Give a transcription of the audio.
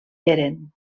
eren